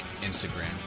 Instagram